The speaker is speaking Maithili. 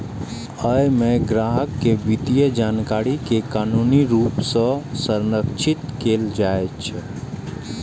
अय मे ग्राहक के वित्तीय जानकारी कें कानूनी रूप सं संरक्षित कैल जाइ छै